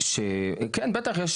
כן בטח יש